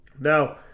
Now